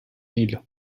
hilo